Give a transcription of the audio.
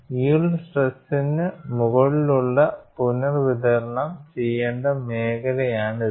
yield സ്ട്രെസ്നു മുകളിലുള്ള പുനർവിതരണം ചെയ്യേണ്ട മേഖലയാണിത്